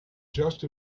just